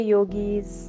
Yogis